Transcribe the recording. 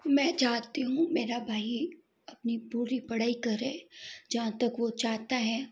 मैं चाहती हूँ मेरा भाई अपनी पूरी पढ़ाई करे जहाँ तक वो चाहता है